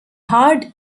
hard